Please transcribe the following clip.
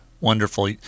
Wonderful